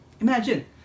Imagine